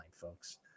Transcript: folks